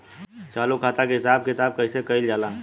चालू खाता के हिसाब किताब कइसे कइल जाला?